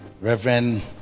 Reverend